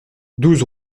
douze